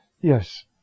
yes